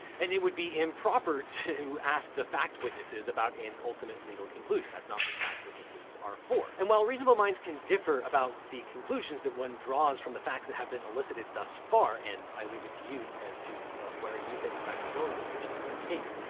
and it would be improper to ask the fact witnesses about an ultimate legal conclusion, that's not what fact witnesses are for. and while reasonable minds can differ about the conclusions that one draws from the facts that have been elicited thus far, and i leave it to you as to where you think the facts are going in this particular case,